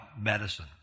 medicine